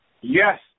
Yes